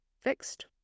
fixed